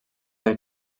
del